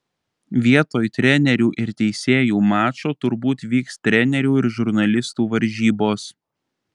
vietoj trenerių ir teisėjų mačo turbūt vyks trenerių ir žurnalistų varžybos